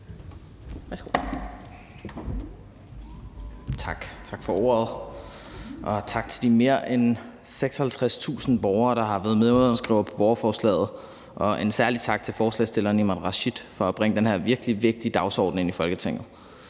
Tak for ordet. Tak til de mere end 56.000 borgere, der har været medunderskrivere på borgerforslaget, og en særlig tak til forslagsstilleren Imran Rashid for at bringe den her virkelig vigtige dagsorden ind i Folketinget.